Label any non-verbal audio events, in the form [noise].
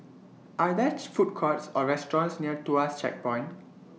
Are There [unintelligible] Food Courts Or restaurants near Tuas Checkpoint